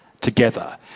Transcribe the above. together